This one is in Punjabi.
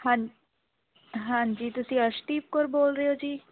ਹਾਂ ਹਾਂਜੀ ਤੁਸੀਂ ਅਰਸ਼ਦੀਪ ਕੌਰ ਬੋਲ ਰਹੇ ਹੋ ਜੀ